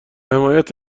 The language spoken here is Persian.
حمایت